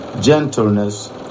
gentleness